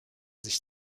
sich